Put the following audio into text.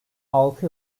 altı